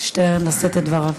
שטרן לשאת את דבריו.